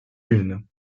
une